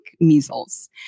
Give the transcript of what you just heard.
measles